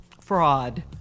fraud